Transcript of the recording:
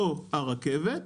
או הרכבת,